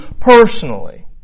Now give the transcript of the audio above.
personally